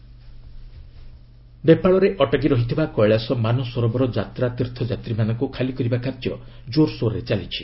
Nepal pilgrims ନେପାଳରେ ଅଟକି ରହିଥିବା କେଳାସ ମାନସରୋବର ଯାତ୍ରା ତୀର୍ଥଯାତ୍ରୀମାନଙ୍କୁ ଖାଲି କରିବା କାର୍ଯ୍ୟ ଜୋର୍ସୋର୍ରେ ଚାଲିଛି